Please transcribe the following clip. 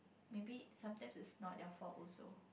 maybe sometime it's not your fault also